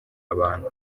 abantu